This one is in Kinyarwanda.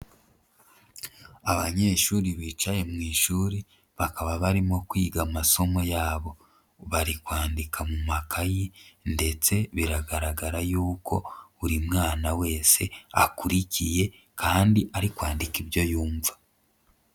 Abanyeshuri bicaye mu ishuri bakaba barimo kwiga amasomo yabo, bari kwandika mu makayi ndetse biragaragara yuko buri mwana wese akurikiye kandi ari kwandika ibyo yumva.